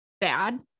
Bad